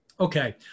Okay